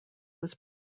was